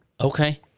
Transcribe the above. Okay